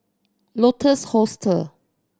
Lotus Hostel